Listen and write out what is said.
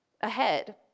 ahead